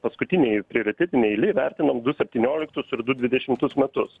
paskutinėj prioritetinėj eilėj vertinam du septynioliktus ir du dvidešimtus metus